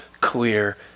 clear